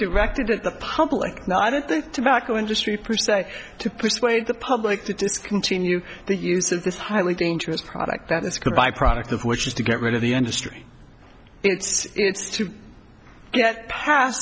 directed at the public no i don't think tobacco industry present to persuade the public to discontinue the use of this highly dangerous product that it's good byproduct of which is to get rid of the end of story to get past